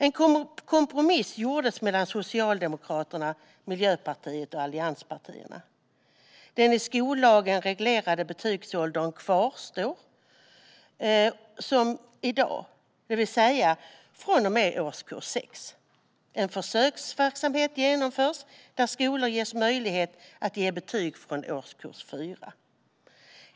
En kompromiss gjordes mellan Socialdemokraterna, Miljöpartiet och allianspartierna. Den i skollagen reglerade betygsåldern kvarstår som i dag, det vill säga att det är från och med årskurs 6. En försöksverksamhet genomförs där skolor ges möjlighet att ge betyg från årskurs 4.